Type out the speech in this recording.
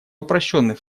упрощенный